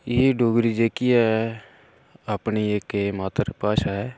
एह् डोगरी जेह्की ऐ अपनी इक एह् मातर भाशा ऐ